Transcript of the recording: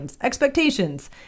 expectations